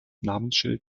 namensschild